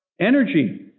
energy